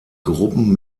gruppen